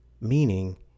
Meaning